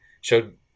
Showed